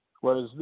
Whereas